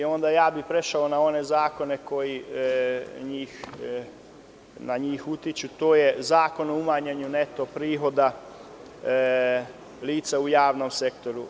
Onda bih prešao na one zakone koji na njih utiču, a to je Zakon o umanjenju neto prihoda lica u javnom sektoru.